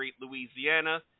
Louisiana